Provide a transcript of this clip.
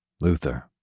Luther